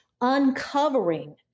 uncovering